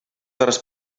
hores